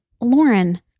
Lauren